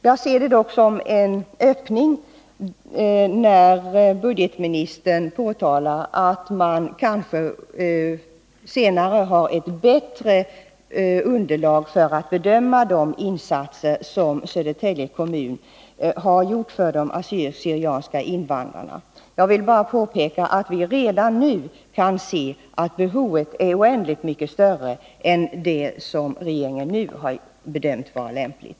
Jag ser det dock som en öppning att budgetministern framhåller att man litet längre fram kanske har ett bättre underlag för bedömningen av de insatser som Södertälje kommun har gjort för de assyriska/syrianska invandrarna. Jag vill då bara påpeka att vi redan nu kan se att behovet är oändligt mycket större än vad regeringen bedömt vara fallet.